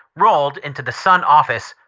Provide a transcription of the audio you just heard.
rolled into the sun office.